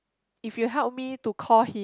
if you help me to call him